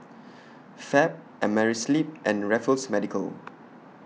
Fab Amerisleep and Raffles Medical